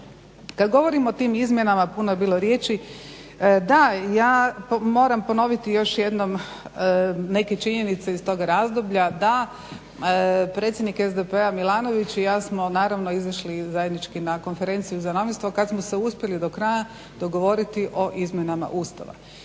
Kad govorim o tim izmjenama puno je bilo riječi, da ja moram ponoviti još jednom neke činjenice iz tog razdoblja, da predsjednik SDP-a Milanović i ja smo naravno izašli zajednički na konferenciju za novinstvo, kad smo se uspjeli dogovoriti do kraja o izmjenama Ustava.